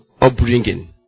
upbringing